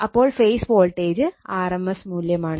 അപ്പോൾ phase voltage rms മൂല്യമാണ്